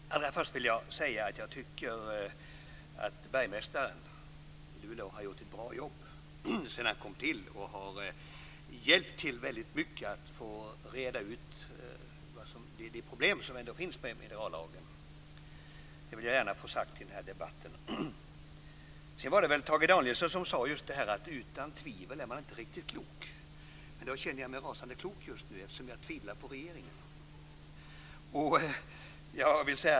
Fru talman! Allra först vill jag säga att jag tycker att bergmästaren har gjort ett bra jobb sedan han tillsattes och har hjälpt till väldigt mycket att reda ut de problem som ändå finns med minerallagen. Det vill jag gärna få sagt i den här debatten. Det var väl Tage Danielsson som sade att utan tvivel är man inte riktigt klok. Därför känner jag mig rasande klok just nu eftersom jag tvivlar på regeringen.